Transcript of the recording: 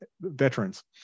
veterans